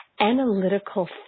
analytical